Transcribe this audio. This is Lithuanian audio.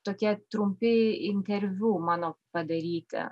tokie trumpi interviu mano padaryti